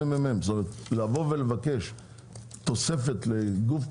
אנחנו, המוזמנים, נוכל לדבר באיזשהו שלב?